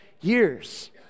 years